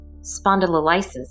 spondylolysis